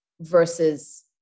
versus